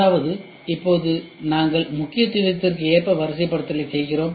எனவே இப்போது நாங்கள் முக்கியத்துவத்துக்கு ஏற்ப வரிசைப்படுத்தலை செய்கிறோம்